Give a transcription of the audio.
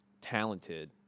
talented